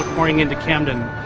pouring into camden.